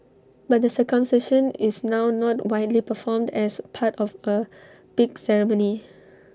but the circumcision is now not widely performed as part of A big ceremony